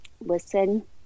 listen